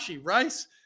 Rice